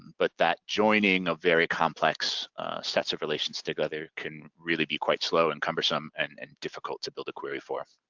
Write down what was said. but that joining of very complex sets of relations together can really be quite slow and cumbersome and and difficult to build a query for.